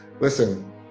listen